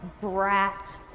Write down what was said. brat